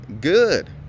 good